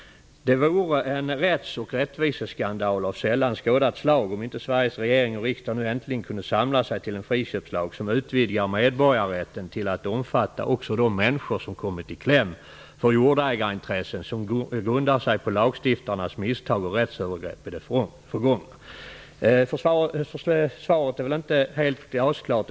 Det vore en rättviseskandal av sällan skådat slag om inte Sveriges regering och riksdag nu äntligen kunde samla sig till en friköpslag som utvidgar medborgarrätten till att omfatta också de människor som kommit i kläm för jordägarintressen som grundar sig på lagstiftarnas misstag och rättsövergrepp i det förgångna. Svaret är inte helt glasklart.